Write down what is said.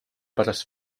pärast